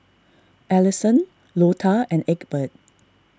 Allisson Lota and Egbert